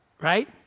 Right